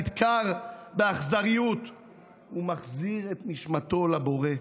נדקר באכזריות ומחזיר את נשמתו לבוראו.